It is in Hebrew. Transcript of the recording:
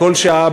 בכל שעה,